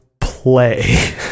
play